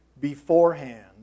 beforehand